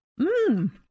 Mmm